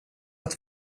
att